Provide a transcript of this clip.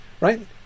Right